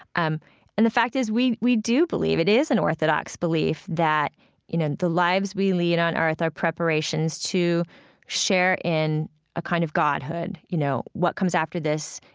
um and the fact is, we we do believe it is an orthodox belief that you know the lives we lead on earth are preparations to share in a kind of godhood, you know, what comes after this.